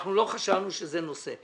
אנחנו לא חשבנו שזה נושא.